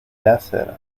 láser